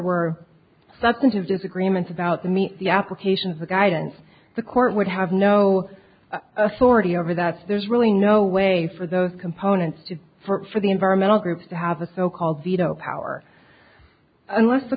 disagreements about the meet the applications the guidance the court would have no authority over that's there's really no way for those components to be for the environmental groups to have a so called veto power unless the